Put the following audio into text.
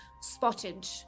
spotted